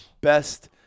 best –